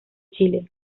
chile